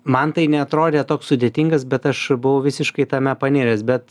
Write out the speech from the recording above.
man tai neatrodė toks sudėtingas bet aš buvau visiškai tame paniręs bet